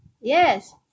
yes